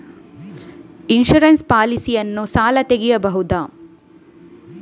Insurance policy ನಲ್ಲಿ ಸಾಲ ತೆಗೆಯಬಹುದ?